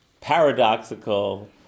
paradoxical